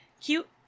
cute